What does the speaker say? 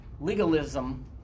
legalism